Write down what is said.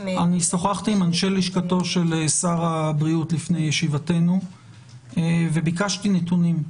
שוחחתי עם אנשי לשכתו של שר הבריאות לפני ישיבתנו וביקשתי נתונים.